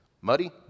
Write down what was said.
muddy